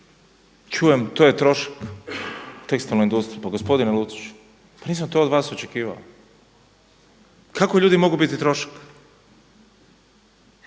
čujem to je trošak, tekstilna industrija, pa gospodine Luciću pa nisam to od vas očekivao. Kako ljudi mogu biti trošak?